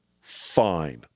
Fine